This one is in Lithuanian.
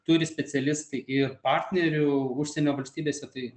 turi specialistai i partnerių užsienio valstybėse tai